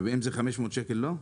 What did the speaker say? ואם זה 500 שקל, לא?